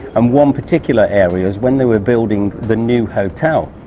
um one particular area was when they were building the new hotel.